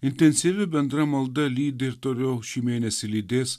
intensyvi bendra malda lydi ir toliau šį mėnesį lydės